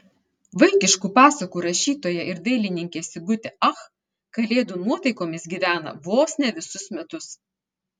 vaikiškų pasakų rašytoja ir dailininkė sigutė ach kalėdų nuotaikomis gyvena vos ne visus metus